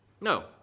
No